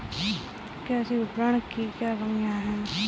कृषि विपणन की क्या कमियाँ हैं?